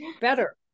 better